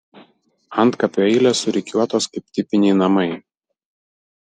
antkapių eilės surikiuotos kaip tipiniai namai